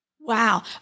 Wow